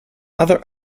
other